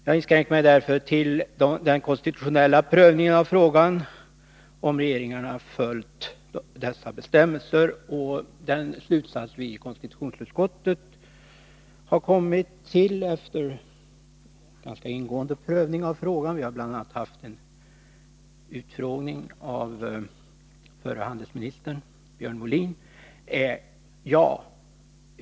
Jag inskränker mig därför tillden konstitutionella prövningen av frågan om regeringarna har följt dessa bestämmelser och den slutsats vi i konstitutionsutskottet har kommit till efter en ganska ingående prövning av frågan. Vi har bl.a. haft en utfrågning med förre handelsministern Björn Molin.